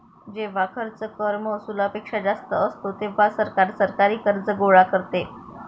जेव्हा खर्च कर महसुलापेक्षा जास्त असतो, तेव्हा सरकार सरकारी कर्ज गोळा करते